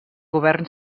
govern